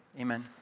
Amen